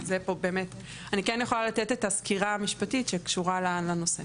אני כן יכולה לתת את הסקירה המשפטית שקשורה לנושא,